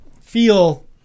feel